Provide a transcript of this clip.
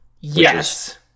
Yes